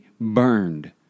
burned